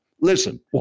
Listen